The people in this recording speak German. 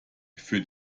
für